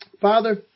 father